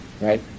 right